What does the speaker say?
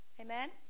Amen